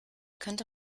könnte